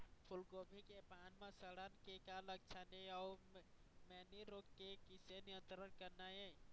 फूलगोभी के पान म सड़न के का लक्षण ये अऊ मैनी रोग के किसे नियंत्रण करना ये?